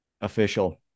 Official